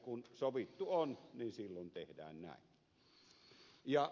kun sovittu on niin silloin tehdään näin